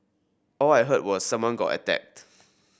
all I heard was someone got attacked